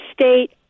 state